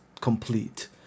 complete